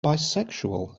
bisexual